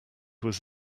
was